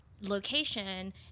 location